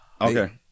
Okay